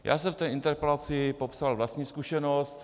Já jsem v té interpelaci popsal vlastní zkušenost.